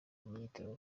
myitozo